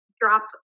drop